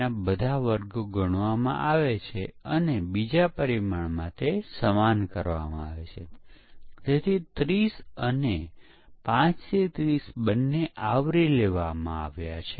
એ તમામ પ્રવૃત્તિઓ કે જે સોફ્ટવેર બનાવવામાં કરવામાં આવે છે તેમાથી વાસ્તવમાં પરીક્ષણ સૌથી વધુ સમય લે છે